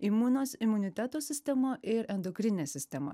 imunos imuniteto sistema ir endokrininė sistema